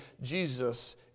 Jesus